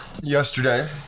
yesterday